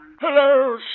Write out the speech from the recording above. Hello